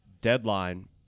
deadline